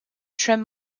trim